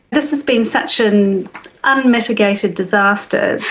this has been such and an unmitigated disaster.